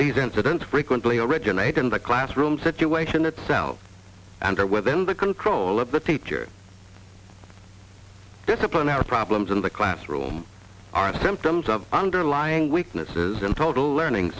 these incidents frequently originate in the classroom situation itself and are within the control of the teacher disciplinary problems in the classroom are symptoms of underlying weaknesses in total learning